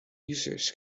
users